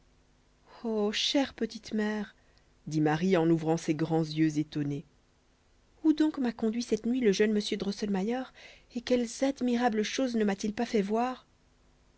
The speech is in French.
oh chère petite mère dit marie en ouvrant ses grands yeux étonnés où donc m'a conduit cette nuit le jeune m drosselmayer et quelles admirables choses ne m'a-t-il pas fait voir